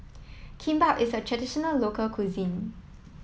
Kimbap is a traditional local cuisine